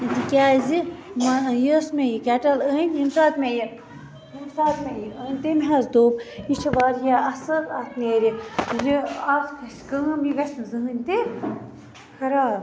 کیٛازِ یۄس مےٚ یہِ کٮ۪ٹٕل أنۍ ییٚمہِ ساتہٕ مےٚ یہِ أنۍ ییٚمہِ ساتہٕ مےٚ یہِ أنۍ تمہِ حظ دوٚپ یہِ چھِ وارِیاہ اَصٕل اَتھ نٮ۪رِ یہِ اَتھ گِژھِ کٲم یہِ گَژھِ نہِ زٕہٕنۍ تہِ خراب